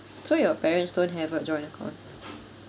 so your parents don't have a joint account